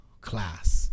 Class